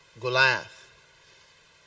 Goliath